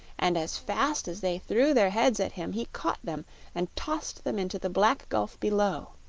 and as fast as they threw their heads at him he caught them and tossed them into the black gulf below.